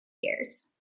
years